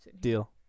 Deal